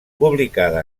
publicada